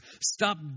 Stop